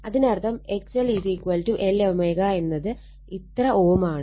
അതിനർത്ഥം XLLω എന്നത് ഇത്ര Ω ആണ്